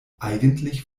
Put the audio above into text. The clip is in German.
eigentlich